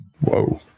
Whoa